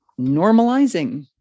normalizing